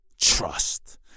Trust